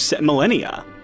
millennia